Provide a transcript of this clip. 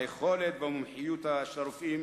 היכולת והמומחיות של הרופאים,